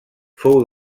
fou